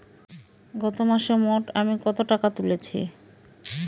গত মাসে মোট আমি কত টাকা তুলেছি?